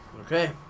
Okay